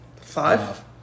Five